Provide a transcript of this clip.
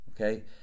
Okay